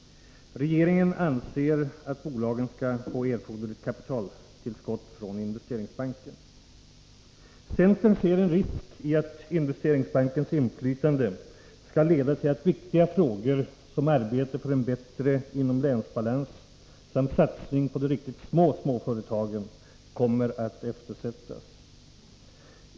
Regeringen anser att bolagen skall få erforderligt kapitaltillskott från Investeringsbanken. Centern ser en risk i att Investeringsbankens inflytande skall leda till att viktiga frågor som arbete för en bättre inomlänsbalans samt satsning på de riktigt små småföretagen kommer att eftersättas.